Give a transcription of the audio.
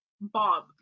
bob